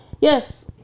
Yes